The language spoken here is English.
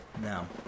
No